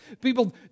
People